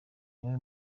niwe